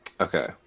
okay